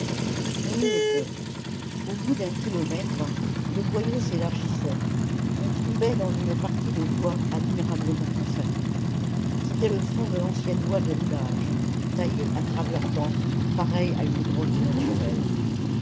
on y était au bout d'un kilomètre le boyau s'élargissait on tombait dans une partie de voie admirablement conservée c'était le fond de l'ancienne voie de roulage taillée à travers banc pareille à une grotte naturelle